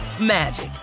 magic